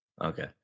Okay